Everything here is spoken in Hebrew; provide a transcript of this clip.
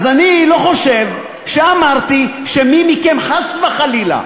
אני לא חושב שאמרתי שמי מכם, חס וחלילה,